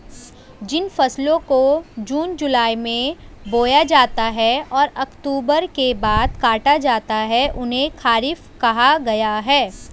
जिन फसलों को जून जुलाई में बोया जाता है और अक्टूबर के बाद काटा जाता है उन्हें खरीफ कहा गया है